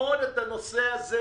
ללמוד את הנושא הזה